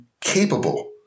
capable